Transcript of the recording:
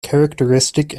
characteristic